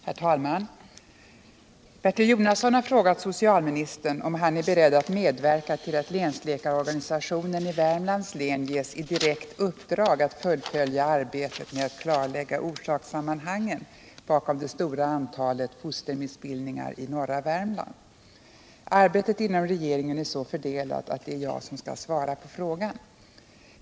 Herr talman! Bertil Jonasson har frågat socialministern om han är beredd att medverka till att länsläkarorganisationen i Värmlands län ges i direkt uppdrag att fullfölja arbetet med att klarlägga orsakssammanhangen bakom det stora antalet fostermissbildningar i norra Värmland. Arbetet inom regeringen är så fördelat att det är jag som skall svara på frågan.